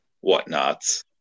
whatnots